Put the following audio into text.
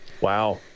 Wow